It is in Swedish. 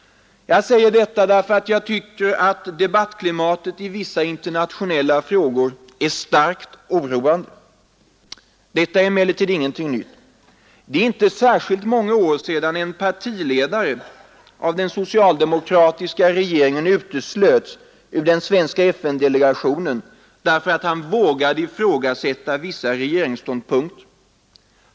Jag säger detta därför att jag tycker att debattklimatet i vissa internationella frågor är starkt oroande. Detta är emellertid ingenting nytt. Det är inte särskilt många år sedan en partiledare av den socialdemokratiska regeringen uteslöts ur den svenska FN-delegationen därför att han vågade ifrågasätta vissa regeringsståndpunkter.